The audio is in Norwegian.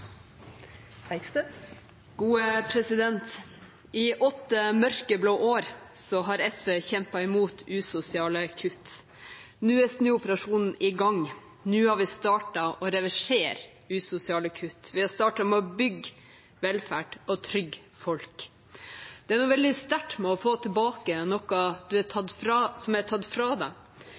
snuoperasjonen i gang. Nå har vi startet med å reversere usosiale kutt, vi har startet med å bygge velferd og trygge folk. Det er noe veldig sterkt ved å få tilbake noe som er tatt fra deg, og det vitner de mange fortellingene og takkemeldingene om – fra foreldre som har unger som trenger briller, fra